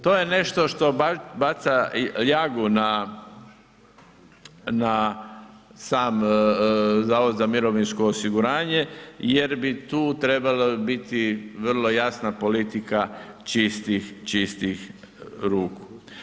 To je nešto što baca ljagu na sam zavod za mirovinsko osiguranje jer bi tu trebala biti vrlo jasna politika čistih ruku.